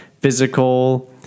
Physical